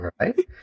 Right